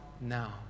now